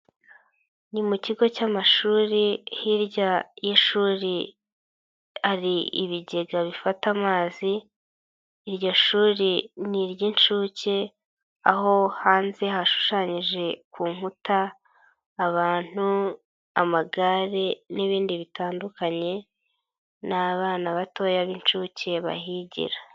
Ni mu kigo cy'amashuri hirya y'ishuri hari ibigega bifata amazi, iryo shuri n'iry'inshuke, aho hanze hashushanyije ku nkuta abantu, amagare n'ibindi bitandukanye n'abana batoya b'inshuke bahigira.